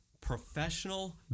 professional